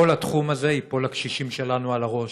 כל התחום הזה ייפול לקשישים שלנו על הראש.